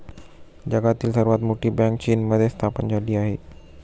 जगातील सर्वात मोठी बँक चीनमध्ये स्थापन झाली आहे